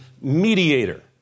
mediator